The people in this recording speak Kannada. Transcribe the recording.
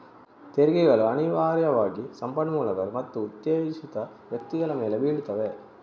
ತೆರಿಗೆಗಳು ಅನಿವಾರ್ಯವಾಗಿ ಸಂಪನ್ಮೂಲಗಳು ಮತ್ತು ಉದ್ದೇಶಿತ ವ್ಯಕ್ತಿಗಳ ಮೇಲೆ ಬೀಳುತ್ತವೆ